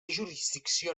jurisdicció